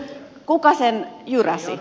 kuka sen jyräsi